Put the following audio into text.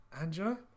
Angela